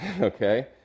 okay